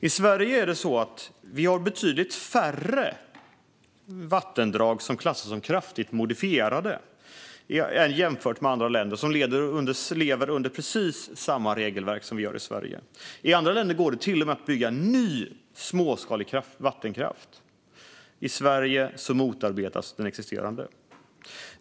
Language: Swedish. I Sverige har vi betydligt färre vattendrag som klassas som kraftigt modifierade jämfört med andra länder som lever under precis samma regelverk som vi gör i Sverige. I andra länder går det till och med att bygga ny småskalig vattenkraft, men i Sverige motarbetas den existerande.